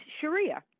Sharia